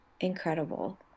incredible